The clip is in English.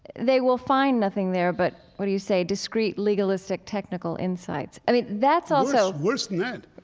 they will find nothing there but what do you say? discreet, legalistic, technical insights. i mean, that's also, worse than that.